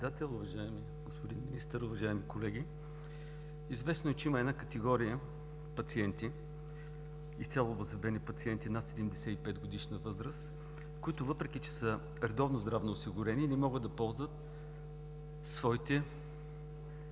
Председател, уважаеми господин Министър, уважаеми колеги! Известно е, че има една категория пациенти, изцяло обеззъбени пациенти над 75-годишна възраст, които въпреки че са редовно здравно осигурени, не могат да ползват своите